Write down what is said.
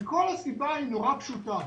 וכל הסיבה היא נורא פשוטה.